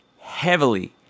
heavily